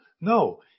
No